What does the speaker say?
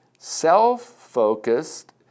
Self-focused